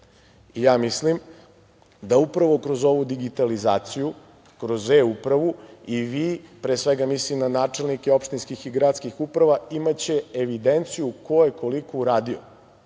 mislim da upravo kroz ovu digitalizaciju, kroz eUpravu, i vi, pre svega mislim na načelnike opštinskih i gradskih uprava, imaće evidenciju ko je i koliko uradio.